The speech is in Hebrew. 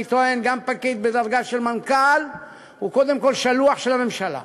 אני טוען שגם פקיד בדרגה של מנכ"ל הוא קודם כול שלוח של הממשלה.